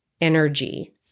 energy